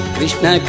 Krishna